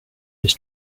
his